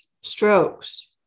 strokes